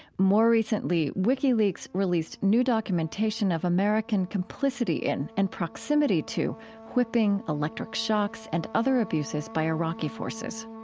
more recently, wikileaks released new documentation of american complicity in and proximity to whipping, electric shocks, and other abuses by iraqi forces